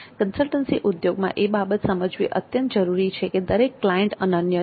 consultancy ઉદ્યોગમાં એ બાબત સમજવી અત્યંત જરૂરી છે કે દરેક ક્લાયન્ટ અનન્ય છે